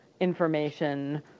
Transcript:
information